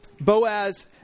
Boaz